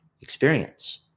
experience